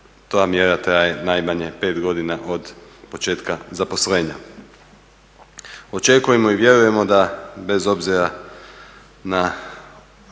ta mjera traje najmanje 5 godina od početka zaposlenja. Očekujemo i vjerujemo da bez obzira na